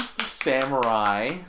Samurai